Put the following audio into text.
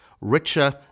richer